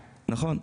נכון,